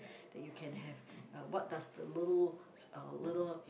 that you can have uh what does the little uh little